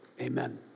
amen